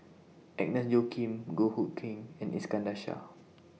Agnes Joaquim Goh Hood Keng and Iskandar Shah